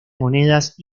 monedas